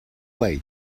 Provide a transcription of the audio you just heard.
late